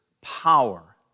power